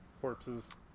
corpses